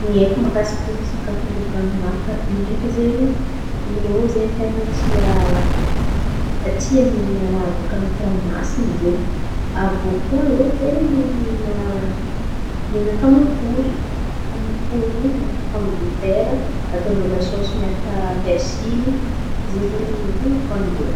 Ny aiko mahakasiky sakafon-drô Danemarka àby iô ndraiky zen̈y irô izen̈y ten̈a tia mihina raha baka an̈atin'ny ranomasin̈y zen̈y. aviô koa rô ten̈a mihina mihina kamankory. Kamankory iô miaraka pomidetera ataon-drô lasôsy miaraka perisily ze zen̈y ten̈a fohanin-drô ato.